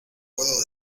puedo